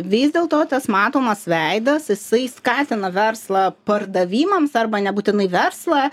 vis dėl to tas matomas veidas jisai skatina verslą pardavimams arba nebūtinai verslą